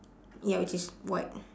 ya which is white